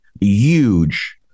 huge